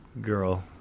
girl